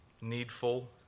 Needful